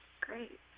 Great